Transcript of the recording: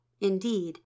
Indeed